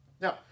Now